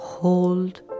Hold